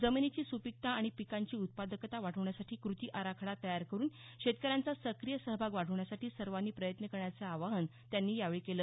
जमिनीची सुपिकता आणि पिकांची उत्पादकता वाढवण्यासाठी कृती आराखडा तयार करुन शेतकऱ्यांचा सक्रिय सहभाग वाढवण्यासाठी सर्वांनी प्रयत्न करण्याचं आवाहन त्यांनी यावेळी केलं